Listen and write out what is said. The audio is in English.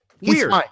Weird